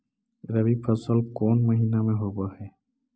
रबी फसल कोन महिना में होब हई?